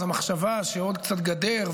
אז המחשבה שעוד קצת גדר,